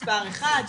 מספר אחד,